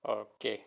okay